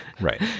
Right